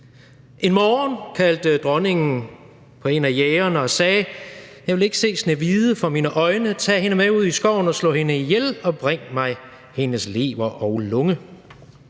En morgen kaldte dronningen på en af jægerne og sagde: Jeg vil ikke se Snehvide for mine øjne, tag hende med ud i skoven, og slå hende ihjel, og bring mig hendes lever og lunge.